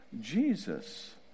Jesus